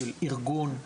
של ארגון,